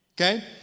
Okay